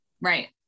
right